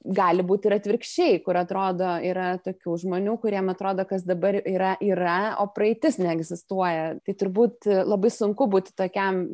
gali būt ir atvirkščiai kur atrodo yra tokių žmonių kuriem atrodo kas dabar yra yra o praeitis neegzistuoja tai turbūt labai sunku būti tokiam